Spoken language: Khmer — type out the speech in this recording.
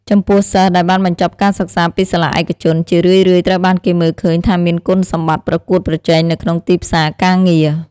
ចំពោះ សិស្សដែលបានបញ្ចប់ការសិក្សាពីសាលាឯកជន ជារឿយៗត្រូវបានគេមើលឃើញថាមានគុណសម្បត្តិប្រកួតប្រជែងនៅក្នុងទីផ្សារការងារ។